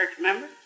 member